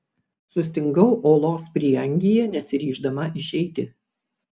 sustingau olos prieangyje nesiryždama išeiti